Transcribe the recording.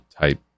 type